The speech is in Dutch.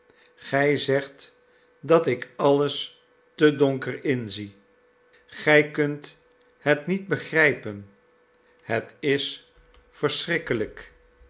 gij zegt dat ik alles te donker inzie gij kunt het niet begrijpen het is verschrikkelijk